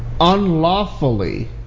unlawfully